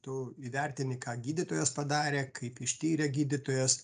tu įvertini ką gydytojas padarė kaip ištyrė gydytojas